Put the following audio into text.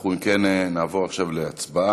אנחנו אם כן נעבור עכשיו להצבעה